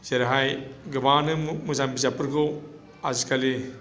जेरैहाय गोबाङानो मोजां बिजाबफोरखौ आजिखालि